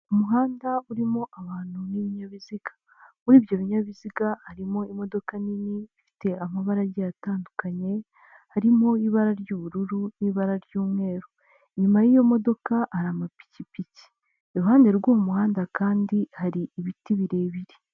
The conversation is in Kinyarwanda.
Umuhanda urimo abantu n'ibinyabiziga muri ibyo binyabiziga harimo imodoka nini ifite amabarage atandukanye, harimo ibara ry'ubururu n'ibara ry'umweru, inyuma y'iyo modoka hari amapikipiki iruhande rw'uwo muhanda kandi hari ibiti birebire.